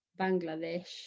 Bangladesh